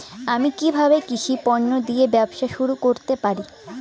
আমি কিভাবে কৃষি পণ্য দিয়ে ব্যবসা শুরু করতে পারি?